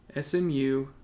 SMU